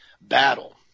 battle